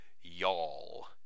y'all